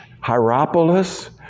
Hierapolis